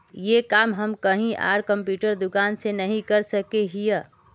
ये काम हम कहीं आर कंप्यूटर दुकान में नहीं कर सके हीये?